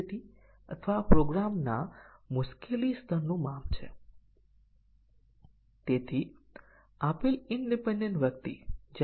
પ્રથમ વસ્તુ એ છે કે આપણે પ્રોગ્રામના તમામ સ્ટેટમેન્ટ ને નંબર આપ્યા છે